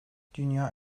dünya